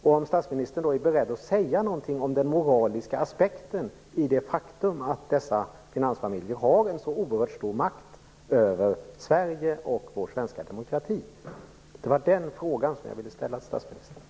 Är statsministern beredd att säga något om den moraliska aspekten i det faktum att dessa finansfamiljer har en så oerhört stor makt över Sverige och vår svenska demokrati? Det var den frågan jag ville ställa till statsministern.